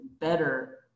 better